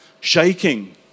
shaking